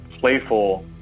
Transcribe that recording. playful